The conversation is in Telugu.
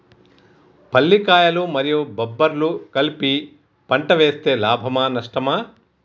పల్లికాయలు మరియు బబ్బర్లు కలిపి పంట వేస్తే లాభమా? నష్టమా?